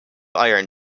iron